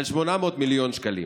על 800 מיליון שקלים.